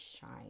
shine